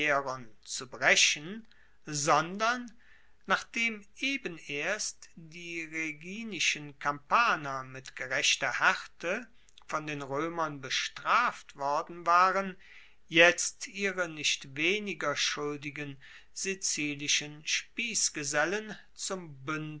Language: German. zu brechen sondern nachdem eben erst die rheginischen kampaner mit gerechter haerte von den roemern bestraft worden waren jetzt ihre nicht weniger schuldigen sizilischen spiessgesellen zum